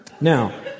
Now